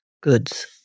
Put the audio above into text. goods